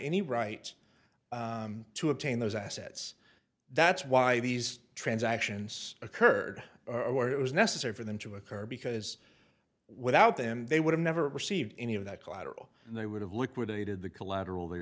any right to obtain those assets that's why these transactions occurred where it was necessary for them to occur because without them they would have never received any of that collateral and they would have liquidated the collateral they